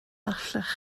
allech